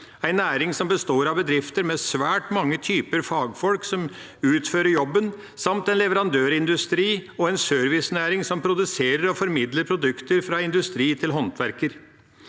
en næring som består av bedrifter med svært mange typer fagfolk som utfører jobben, samt en leverandørindustri og en servicenæring som produserer og formidler produkter fra industri til håndverker.